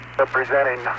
representing